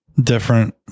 Different